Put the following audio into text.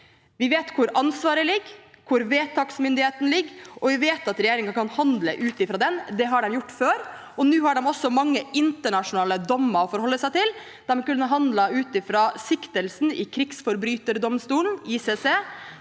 Vi vet hvor ansvaret ligger, hvor vedtaksmyndigheten ligger, og vi vet at regjeringen kan handle ut fra den. Det har regjeringen gjort før, og nå har den også mange internasjonale dommer å forholde seg til. Regjeringen kunne handlet ut fra siktelsen i krigsforbryterdomstolen, ICC,